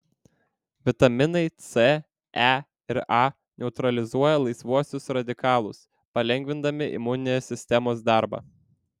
vitaminai c e ir a neutralizuoja laisvuosius radikalus palengvindami imuninės sistemos darbą